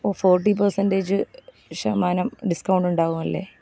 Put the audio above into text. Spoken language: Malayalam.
ഓ ഫോർട്ടി പേസെൻറ്റേജ് ശതമാനം ഡിസ്കൗണ്ട് ഉണ്ടാകുമല്ലേ